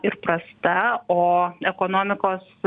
ir prasta o ekonomikos